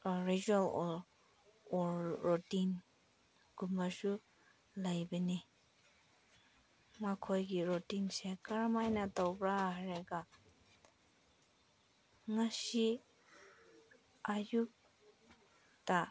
ꯑꯔꯦꯆꯔ or or ꯔꯣꯇꯤꯟꯒꯨꯝꯕꯁꯨ ꯂꯩꯕꯅꯤ ꯃꯈꯣꯏꯒꯤ ꯔꯣꯇꯤꯟꯁꯦ ꯀꯔꯝꯃꯥꯏꯅ ꯇꯧꯕ꯭ꯔꯥ ꯍꯥꯏꯔꯒ ꯉꯁꯤ ꯑꯌꯨꯛꯇ